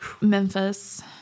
Memphis